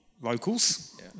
locals